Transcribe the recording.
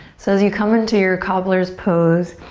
so as you come into your cobbler's pose,